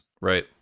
Right